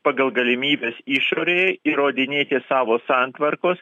pagal galimybes išorėje įrodinėti savo santvarkos